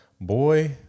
Boy